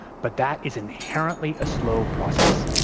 but that is inherently a slow process.